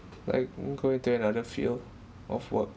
like won't go into another field of work